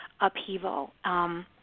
upheaval